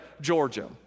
Georgia